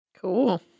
Cool